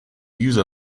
use